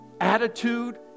attitude